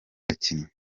bakinnyi